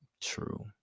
True